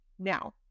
Now